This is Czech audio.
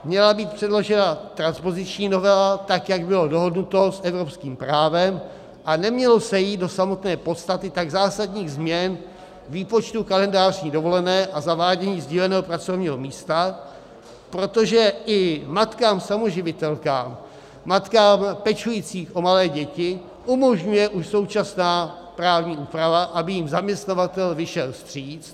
Měla být předložena transpoziční novela, tak jak bylo dohodnuto, s evropským právem a nemělo se jít do samotné podstaty tak zásadních změn výpočtu kalendářní dovolené a zavádění sdíleného pracovního místa, protože i matkám samoživitelkám, matkám pečujícím o malé děti umožňuje už současná právní úprava, aby jim zaměstnavatel vyšel vstříc.